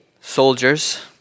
soldiers